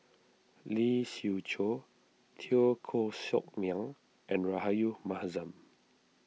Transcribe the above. Lee Siew Choh Teo Koh Sock Miang and Rahayu Mahzam